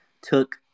took